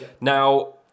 Now